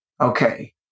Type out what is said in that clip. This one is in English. okay